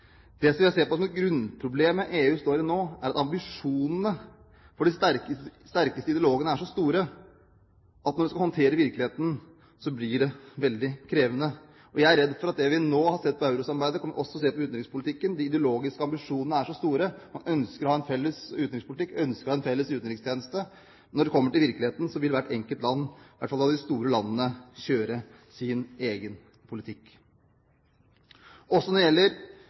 Det som jeg ser på som grunnproblemet i EU nå, er at ambisjonene for de sterkeste ideologene er så store at når en skal håndtere virkeligheten, blir det veldig krevende. Jeg er redd for at det vi nå har sett i eurosamarbeidet, kommer vi også til å se i utenrikspolitikken. De ideologiske ambisjonene er så store. Man ønsker å ha en felles utenrikspolitikk. Man ønsker å ha en felles utenrikstjeneste. Men når det kommer til virkeligheten, vil hvert enkelt land, i hvert fall de store landene, kjøre sin egen politikk. Også når det gjelder